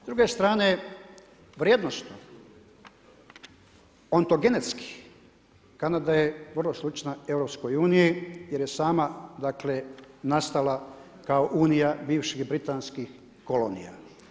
S druge strane vrijednosno on to genetski, Kanada je vrlo slična EU jer je sama, dakle nastala kao Unija bivših britanskih kolonija.